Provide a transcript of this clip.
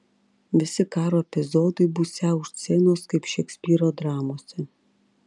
visi karo epizodai būsią už scenos kaip šekspyro dramose